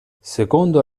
secondo